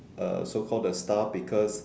uh so called the staff because